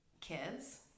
kids